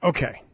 Okay